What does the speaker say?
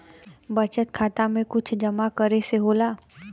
बचत खाता मे कुछ जमा करे से होला?